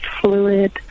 fluid